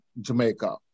Jamaica